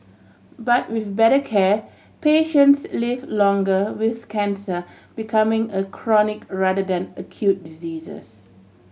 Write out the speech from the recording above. but with better care patients live longer with cancer becoming a chronic rather than acute diseases